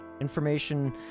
information